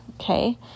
Okay